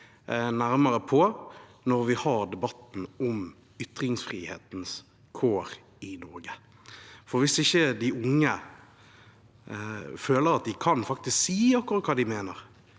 nærmere på når vi har debatten om ytringsfrihetens kår i Norge. For hvis ikke de unge føler at de kan si akkurat hva de mener,